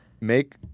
Make